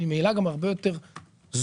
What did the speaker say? ממילא גם הרבה יותר זולה.